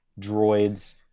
Droids